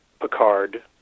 Picard